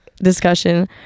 discussion